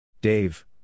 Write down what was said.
Dave